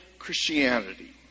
Christianity